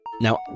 Now